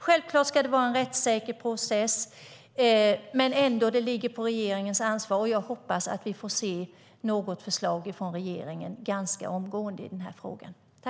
Självklart ska det vara en rättssäker process, och det är regeringens ansvar. Jag hoppas att vi får se ett förslag från regeringen i denna fråga ganska omgående.